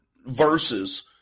verses